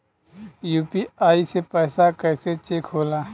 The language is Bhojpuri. यू.पी.आई से पैसा कैसे चेक होला?